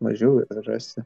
mažiau ir rasi